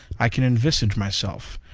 i can envisage myself,